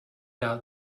out